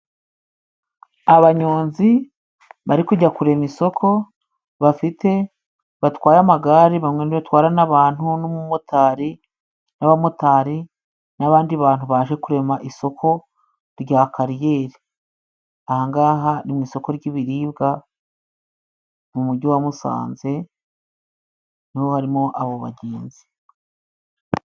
Abanyonzi bari kujya kurema isoko, bafite batwaye amagare batwara n'abantu n'umumotari n'abamotari n'abandi bantu baje kurema isoko rya Kariyeri. Aha ngaha ni mu isoko ry'ibiribwa mu Mujyi wa Musanze, niho harimo abo bagenzi.